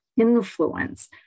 influence